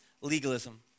legalism